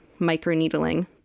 microneedling